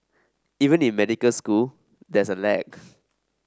even in medical school there's a lag